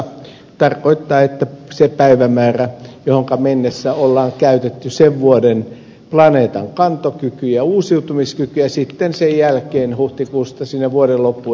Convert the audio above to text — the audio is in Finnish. tämä tarkoittaa sitä päivämäärää johonka mennessä on käytetty sen vuoden planeetan kantokyky ja uusiutumiskyky ja jonka jälkeen huhtikuusta vuoden loppuun eletään velaksi